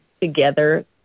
together